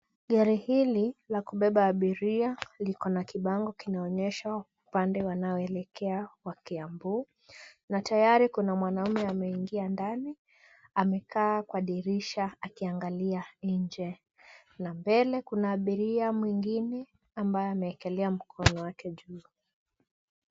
Gari hili la kubeba abiria liko na kibango kinaonyeshwa upande wanaoelekea wa Kiambu na tayari kuna mwanaume ameingia ndani, amekaa kwa dirisha akiangalia nje na mbele kuna abiria mwingine ambaye ameekelea mkono wake juu.